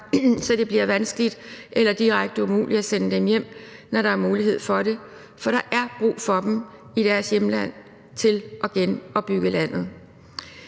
så det bliver vanskeligt eller direkte umuligt at sende dem hjem, når der er mulighed for det. For der er brug for dem i deres hjemland til at genopbygge landet.